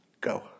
Go